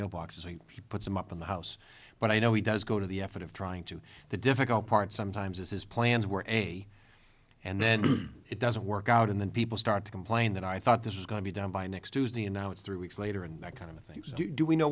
mailboxes and he puts them up in the house but i know he does go to the effort of trying to the difficult part sometimes is his plans were a and then it doesn't work out and then people start to complain that i thought this was going to be done by next tuesday and now it's three weeks later and that kind of thing do we know